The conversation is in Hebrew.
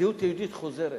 הזהות היהודית חוזרת.